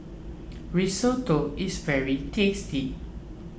Risotto is very tasty